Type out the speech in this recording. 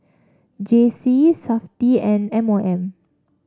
J C Safti and M O M